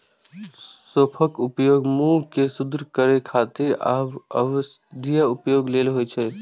सौंफक उपयोग मुंह कें शुद्ध करै खातिर आ औषधीय उपयोग लेल होइ छै